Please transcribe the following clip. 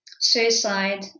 suicide